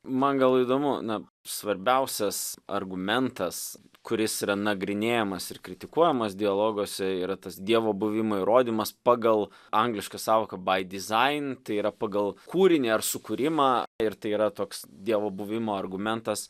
man gal įdomu na svarbiausias argumentas kuris yra nagrinėjamas ir kritikuojamas dialoguose yra tas dievo buvimo įrodymas pagal anglišką sąvoką by design tai yra pagal kūrinį ar sukūrimą ir tai yra toks dievo buvimo argumentas